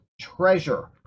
treasure